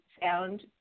sound